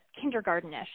kindergarten-ish